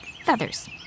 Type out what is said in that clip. feathers